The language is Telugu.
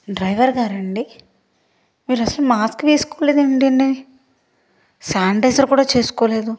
డ్రైవర్ గారండీ మీరసలు మాస్క్ వేసుకోలేదేంటండి శానిటైజర్ కూడా చేసుకోలేదు